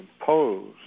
imposed